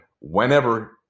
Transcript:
whenever